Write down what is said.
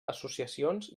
associacions